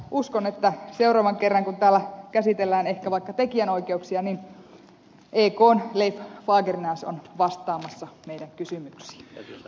uskon että seuraavan kerran kun täällä käsitellään ehkä vaikka tekijänoikeuksia ekn leif fagernäs on vastaamassa meidän kysymyksiimme